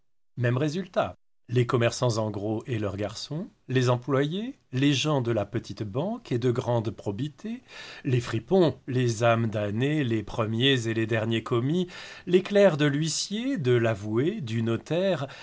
même résultat les commerçants en gros et leurs garçons les employés les gens de la petite banque et de grande probité les fripons les âmes damnées les premiers et les derniers commis les clercs de l'huissier de l'avoué du notaire